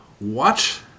watch